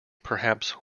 perhaps